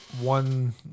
one